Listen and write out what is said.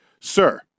sir